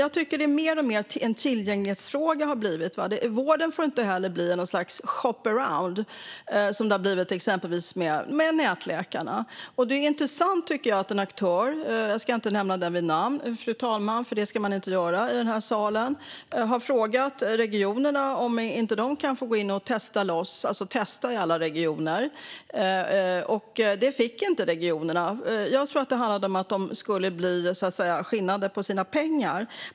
Jag tycker att det mer och mer har blivit en tillgänglighetsfråga. Vården får heller inte bli något slags shop around, som det exempelvis har blivit inom nätläkarverksamheten. Det är intressant att en aktör - jag ska inte nämna den vid namn, fru talman, eftersom man inte ska göra det i denna sal - har frågat regionerna om man inte kan få gå in och testa loss i alla regioner. Regionerna fick inte göra det. Jag tror att det handlade om att de skulle bli skinnade på sina pengar.